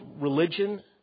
religion